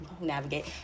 navigate